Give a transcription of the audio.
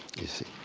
you see.